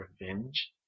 revenge